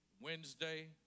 Wednesday